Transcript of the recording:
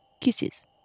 Kisses